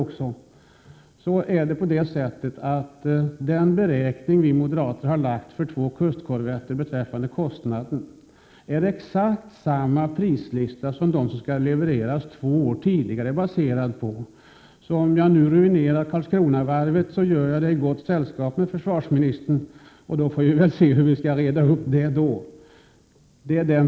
Den beräkning vi moderater gjort beträffande kostnaden för två kustkorvetter visar att denna blir exakt densamma som för de två korvetter som skall levereras två år tidigare. Om jag nu alltså ruinerar Karlskronavarvet, så är jag i gott sällskap med försvarsministern. Vi får då se hur vi skall reda upp den saken.